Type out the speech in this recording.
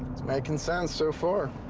making sense so far.